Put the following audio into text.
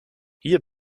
hier